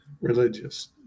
religious